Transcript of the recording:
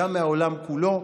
גם מהעולם כולו.